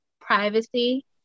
privacy